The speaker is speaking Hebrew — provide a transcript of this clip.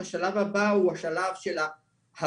אז השלב הבא הוא השלב של ההבנה